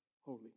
holy